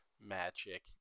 magic